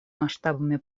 масштабами